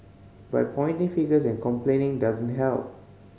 but pointing fingers and complaining doesn't help